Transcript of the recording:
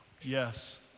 yes